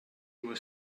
was